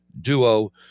duo